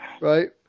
right